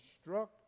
struck